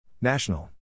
National